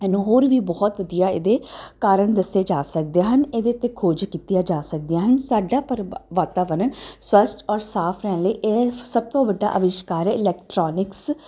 ਇਹਨੂੰ ਹੋਰ ਵੀ ਬਹੁਤ ਵਧੀਆ ਇਹਦੇ ਕਾਰਨ ਦੱਸੇ ਜਾ ਸਕਦੇ ਹਨ ਇਹਦੇ 'ਤੇ ਖੋਜ ਕੀਤੀਆਂ ਜਾ ਸਕਦੀਆਂ ਹਨ ਸਾਡਾ ਪਰਿ ਵਾਤਾਵਰਨ ਸਵੱਛ ਔਰ ਸਾਫ ਰਹਿਣ ਲਈ ਇਹ ਸਭ ਤੋਂ ਵੱਡਾ ਆਵਿਸ਼ਕਾਰ ਹੈ ਇਲੈਕਟਰੋਨਿਕਸ